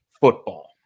football